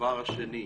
הדבר השני,